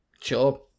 sure